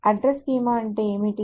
address schema అంటే ఏమిటి